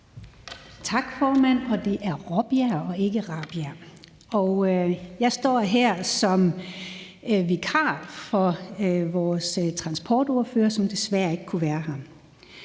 Tak, formand, og det er Raabjerg og ikke Rabjerg. Jeg står her som vikar for vores transportordfører, som desværre ikke kunne være her.